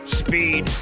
speed